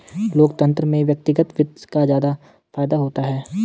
लोकतन्त्र में व्यक्तिगत वित्त का ज्यादा फायदा होता है